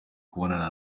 kubonana